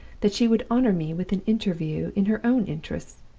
that she would honor me with an interview in her own interests,